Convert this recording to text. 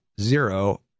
Zero